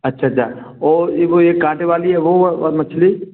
अच्छा अच्छा और यह वह एक काँटे वाली है वह और मछली